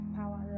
power